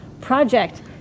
project